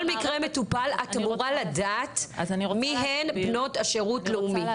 אם כל מקרה מטופל את אמורה לדעת מי הן בנות השירות הלאומי.